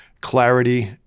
clarity